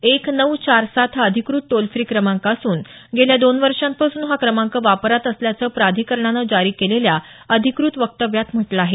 एक नऊ चार सात हा अधिकृत टोल फ्री क्रमांक असून गेल्या दोन वर्षांपासून हा क्रमांक वापरात असल्याचं प्राधिकरणानं जारी केलेल्या अधिकृत वक्तव्यात म्हटलं आहे